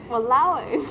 !walao! eh